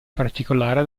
particolare